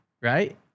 right